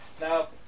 now